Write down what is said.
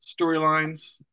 storylines